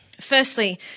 Firstly